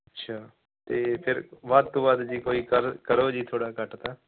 ਅੱਛਾ ਅਤੇ ਫਿਰ ਵੱਧ ਤੋਂ ਵੱਧ ਜੀ ਕੋਈ ਕਰੋ ਕਰੋ ਜੀ ਥੋੜ੍ਹਾ ਘੱਟ ਤਾਂ